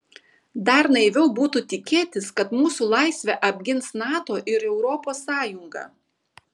dar naiviau būtų tikėtis kad mūsų laisvę apgins nato ir europos sąjunga